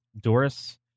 Doris